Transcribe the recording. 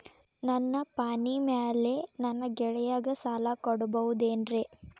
ನನ್ನ ಪಾಣಿಮ್ಯಾಲೆ ನನ್ನ ಗೆಳೆಯಗ ಸಾಲ ಕೊಡಬಹುದೇನ್ರೇ?